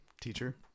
teacher